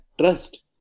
trust